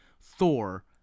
Thor